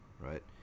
right